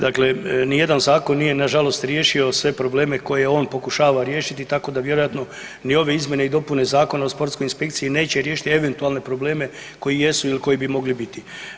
Dakle, ni jedan zakon nije na žalost riješio sve probleme koje on pokušava riješiti, tako da vjerojatno ni ove izmjene i dopune Zakona o sportskoj inspekciji neće riješiti eventualne probleme koji jesu ili koji bi mogli biti.